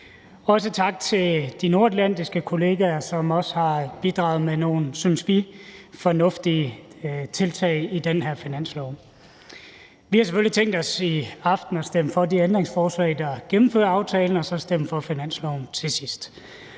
Også tak til de nordatlantiske kolleger, som også har bidraget med nogle, synes vi, fornuftige tiltag i den her finanslov. Vi har selvfølgelig tænkt os i aften at stemme for de ændringsforslag, der gennemfører aftalen, og så stemme for finansloven til sidst,